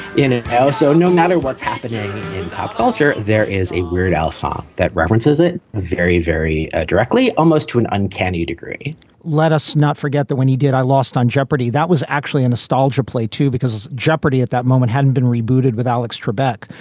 in it so no matter what's happening in pop culture, there is a weird al song that references it very, very directly, almost to an uncanny degree let us not forget that when he did, i lost on jeopardy! that was actually in a stalder play too, because jeopardy at that moment hadn't been rebooted with alex trebek.